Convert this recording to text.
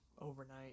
overnight